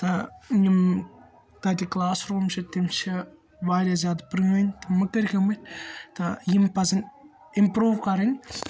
تہٕ یِم تَتہِ کَلاس روم چھ تِم چھ وارِیاہ زیادٕ پرٲنۍ تہٕ مٕکٕرۍ گٔمٕتۍ تہٕ یِم پَزَن امپرو کَرٕنۍ